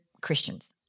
Christians